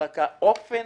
רק שהאופן